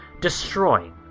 destroying